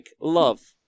love